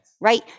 right